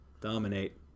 dominate